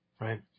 right